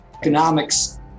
economics